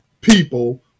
people